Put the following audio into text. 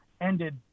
ended